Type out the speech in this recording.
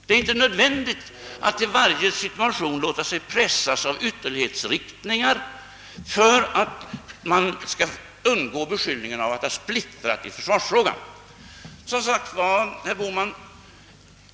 Det är inte nödvändigt att i varje situation låta sig pressas av ytterlighetsriktningar för att undgå beskyllningen att man åstadkommit en splittring i försvarsfrågan.